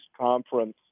Conference